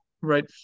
right